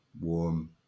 warm